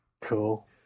Cool